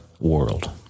world